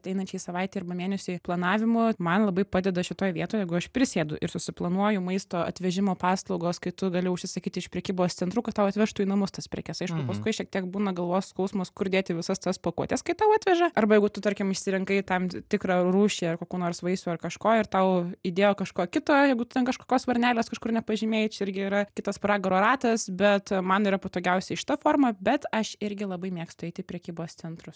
ateinančiai savaitei arba mėnesiui planavimu man labai padeda šitoj vietoj jeigu aš prisėdu ir susiplanuoju maisto atvežimo paslaugos kai tu gali užsisakyt iš prekybos centrų kad tau atvežtų į namus tas prekes aišku paskui šiek tiek būna galvos skausmas kur dėti visas tas pakuotes kai tau atveža arba jeigu tu tarkim išsirinkai tam tikrą rūšį ar kokių nors vaisių ar kažko ir tau įdėjo kažko kito jeigu tu ten kažkokios varnelės kažkur nepažymėjai čia irgi yra kitas pragaro ratas bet man yra patogiausiai šita forma bet aš irgi labai mėgstu eiti į prekybos centrus